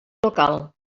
local